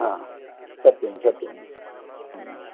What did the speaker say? हा सत्यं सत्यम् ह्म्